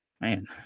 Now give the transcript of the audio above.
Man